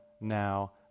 now